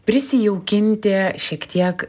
prisijaukinti šiek tiek